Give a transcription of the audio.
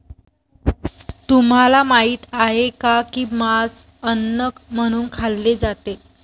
तुम्हाला माहित आहे का की मांस अन्न म्हणून खाल्ले जाते?